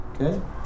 Okay